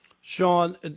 Sean